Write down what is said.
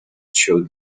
showed